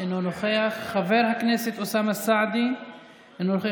אינו נוכח, חבר הכנסת אוסאמה סעדי, אינו נוכח.